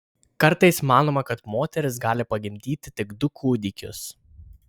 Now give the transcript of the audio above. kartais manoma kad moteris gali pagimdyti tik du kūdikius